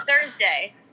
Thursday